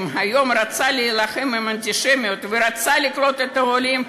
אם היא רוצה היום להילחם באנטישמיות ורוצה לקלוט את העולים,